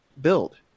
build